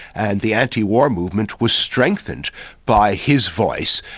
and the anti-war movement was strengthened by his voice,